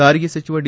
ಸಾರಿಗೆ ಸಚಿವ ಡಿ